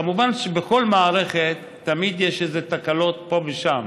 כמובן שבכל מערכת תמיד יש תקלות פה ושם,